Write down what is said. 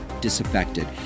disaffected